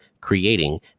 creating